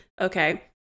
okay